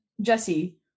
Jesse